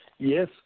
Yes